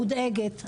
מודאגת,